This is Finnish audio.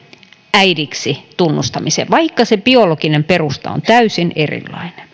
äidiksi tunnustamiseen vaikka sen biologinen perusta on täysin